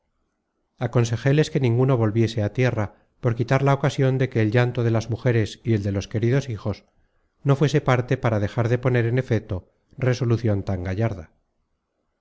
viaje aconsejéles que ninguno volviese á tierra por quitar la ocasion de que el llanto de las mujeres y el de los queridos hijos no fuese parte para dejar de poner en efeto resolucion tan gallarda